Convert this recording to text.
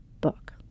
book